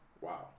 wow